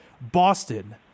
Boston